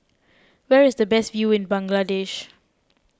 where is the best view in Bangladesh